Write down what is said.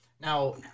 Now